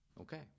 Okay